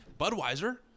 Budweiser